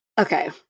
okay